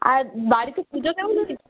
আর বাড়িতে পূজো কেমন হয়েছে